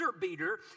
beater